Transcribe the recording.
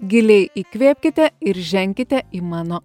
giliai įkvėpkite ir ženkite į mano